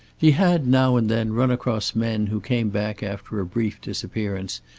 he had, now and then, run across men who came back after a brief disappearance,